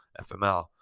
FML